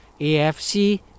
AFC